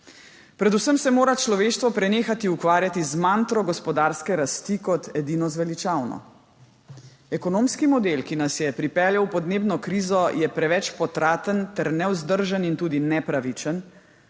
Predvsem se mora človeštvo prenehati ukvarjati z mantro gospodarske rasti kot edino zveličavno. Ekonomski model, ki nas je pripeljal v podnebno krizo, je preveč potraten ter nevzdržen in tudi nepravičen,